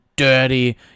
Dirty